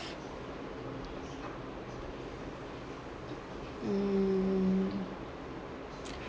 mm